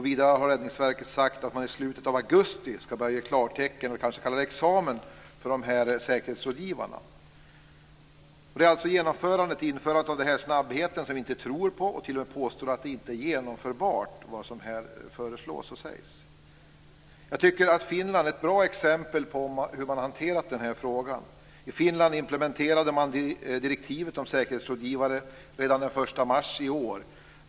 Vidare har Räddningsverket sagt att man i slutet av augusti skall börja ge klartecken, eller kalla det kanske examen, för dessa säkerhetsrådgivare. Det är snabbheten i genomförandet som vi inte tror på. Vi påstår t.o.m. att vad som här föreslås inte är genomförbart. Finland är ett bra exempel på hur man har hanterat den här frågan. I Finland implementerade man direktivet om säkerhetsrådgivare redan den 1 mars i år.